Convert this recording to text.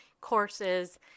courses